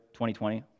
2020